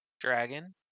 dragon